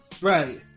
Right